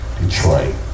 Detroit